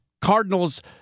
Cardinals